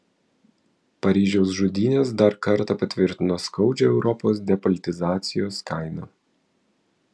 paryžiaus žudynės dar kartą patvirtino skaudžią europos depolitizacijos kainą